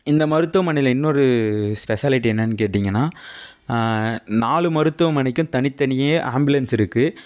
இந்த மருத்துவமனையில இன்னொரு ஸ்பெசாலிட்டி என்னன்னு கேட்டிங்கன்னா நாலு மருத்துவமனைக்கு தனித்தனியே ஆம்புலன்ஸ்ருக்கு